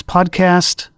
Podcast